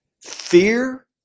fear